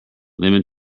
lemon